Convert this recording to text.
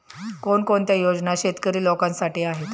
कोणकोणत्या योजना शेतकरी लोकांसाठी आहेत?